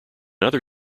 other